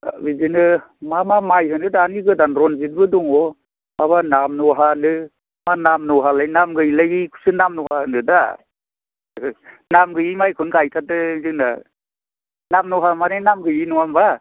बिदिनो मा मा माइ होनो दानि गोदान रनजितबो दङ माबा नाम न'हानो मा नाम न'हालै नाम गैयैलाय गैयैखौसो नाम न'हा होनोदा नाम गैयै माइखौनो गायथारदों जोंना नाम न'हा माने नाम गैयै नङा होनबा